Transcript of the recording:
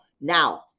Now